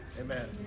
Amen